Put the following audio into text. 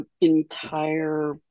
entire